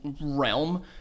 realm